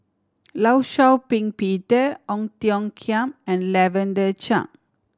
Law Shau Ping Peter Ong Tiong Khiam and Lavender Chang